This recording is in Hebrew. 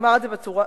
אני אומר את זה בצורה